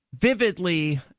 vividly